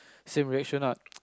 same reaction ah